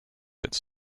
its